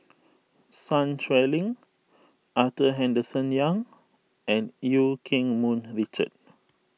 Sun Xueling Arthur Henderson Young and Eu Keng Mun Richard